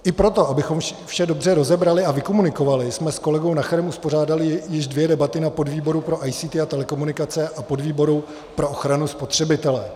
I proto, abychom vše dobře rozebrali a vykomunikovali, jsme s kolegou Nacherem uspořádali již dvě debaty na podvýboru pro ICT a telekomunikace a podvýboru pro ochranu spotřebitele.